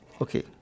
okay